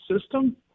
system